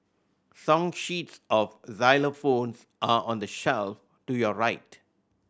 song sheets of xylophones are on the shelf to your right